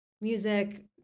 music